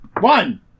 One